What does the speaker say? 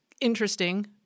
interesting